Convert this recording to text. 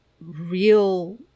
real